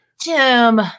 Jim